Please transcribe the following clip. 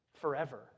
forever